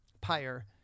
Pyre